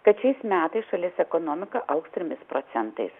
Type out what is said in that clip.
kad šiais metais šalies ekonomika augs trimis procentais